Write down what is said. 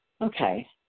Okay